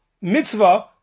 mitzvah